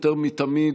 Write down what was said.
יותר מתמיד,